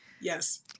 yes